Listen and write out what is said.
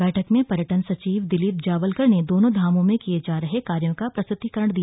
बैठक में पर्यटन सचिव दिलीप जावलकर ने दोनों धामों में किये जा रहे कार्यों का प्रस्तुतिकरण दिया